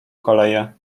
koleje